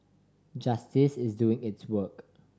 justice is doing its work